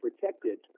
protected